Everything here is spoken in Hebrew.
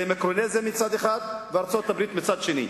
מיקרונזיה מצד אחד וארצות-הברית מצד שני,